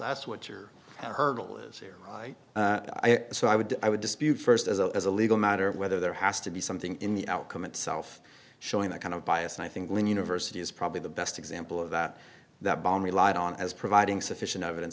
that's what your hurdle is here so i would i would dispute st as a as a legal matter of whether there has to be something in the outcome itself showing that kind of bias and i think lynn university is probably the best example of that that bomb relied on as providing sufficient evidence